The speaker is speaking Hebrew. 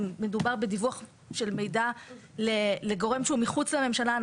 אם מדובר בדיווח של מידע לגורם שהוא מחוץ לממשלה,